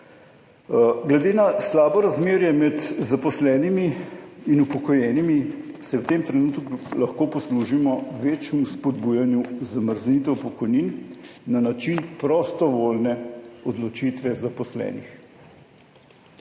Glede na slabo razmerje med zaposlenimi in upokojenimi se v tem trenutku lahko poslužimo večjemu spodbujanju zamrznitev pokojnin na način prostovoljne odločitve zaposlenih.